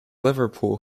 liverpool